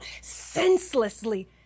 senselessly